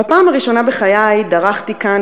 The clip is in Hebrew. בפעם הראשונה בחיי דרכתי כאן,